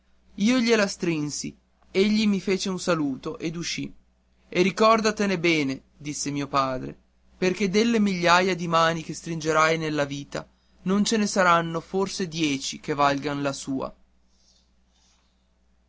io gliela strinsi egli mi fece un saluto ed uscì e ricordatene bene disse mio padre perché delle migliaia di mani che stringerai nella vita non ce ne saranno forse dieci che valgono la sua